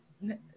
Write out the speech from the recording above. no